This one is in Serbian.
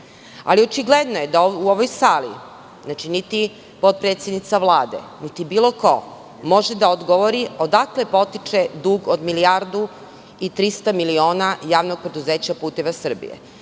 Očigledno je da u ovoj sali niti potpredsednica Vlade, niti bilo ko može da odgovori odakle potiče dug od milijardu i 300 miliona Javnog preduzeća "Puteva Srbije".Iz